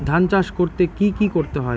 ধান চাষ করতে কি কি করতে হয়?